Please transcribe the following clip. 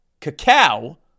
cacao